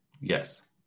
Yes